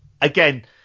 again